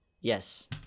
Yes